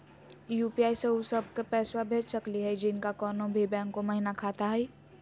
UPI स उ सब क पैसा भेज सकली हई जिनका कोनो भी बैंको महिना खाता हई?